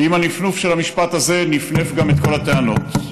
ועם הנפנוף של המשפט הזה, נפנף גם את כל הטענות.